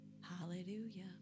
hallelujah